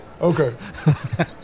Okay